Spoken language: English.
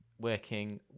working